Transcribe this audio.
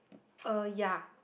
uh ya